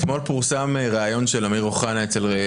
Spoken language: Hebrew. אתמול פורסם ראיון של אמיר אוחנה אצל רוני קובן.